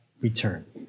return